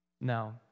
Now